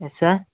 yes sir